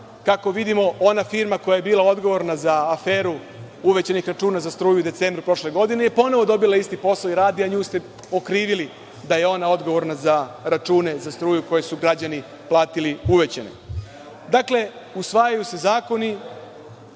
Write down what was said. kako vidimo, ona forma koja je bila odgovorna za aferu uvećanih računa za struju u decembru prošle godine, je ponovo dobila isti posao i radi a nju ste okrivili da je ona odgovorna za račune za struju koje su građani platili uvećane. Dakle, usvajaju se zakoni,